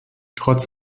trotz